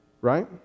Right